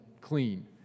clean